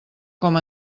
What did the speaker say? com